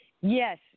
Yes